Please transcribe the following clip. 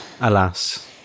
Alas